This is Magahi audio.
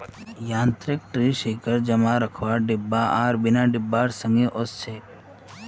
यांत्रिक ट्री शेकर जमा रखवार डिब्बा आर बिना डिब्बार संगे ओसछेक